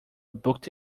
booked